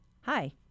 Hi